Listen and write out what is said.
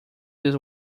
this